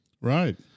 Right